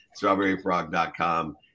StrawberryFrog.com